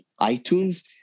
iTunes